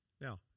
Now